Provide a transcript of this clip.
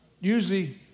usually